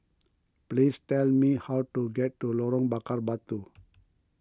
please tell me how to get to Lorong Bakar Batu